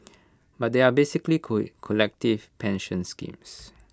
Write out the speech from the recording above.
but they are basically collective pension schemes